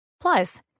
Plus